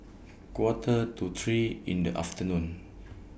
Quarter to three in The afternoon